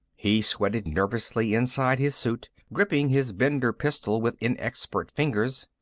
he sweated nervously inside his suit, gripping his bender pistol with inexpert fingers.